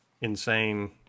insane